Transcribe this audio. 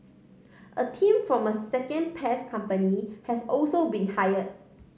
a team from a second pest company has also been hire